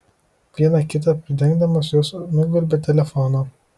viena kitą pridengdamos jos nugvelbė telefoną